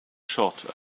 shot